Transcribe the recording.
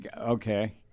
Okay